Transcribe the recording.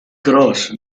cross